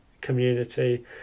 community